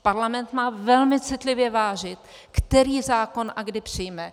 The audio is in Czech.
Parlament má velmi citlivě vážit, který zákon a kdy přijme.